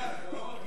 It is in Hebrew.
אילן,